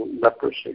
leprosy